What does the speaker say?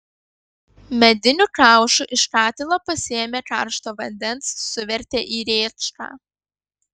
mediniu kaušu iš katilo pasėmė karšto vandens suvertė į rėčką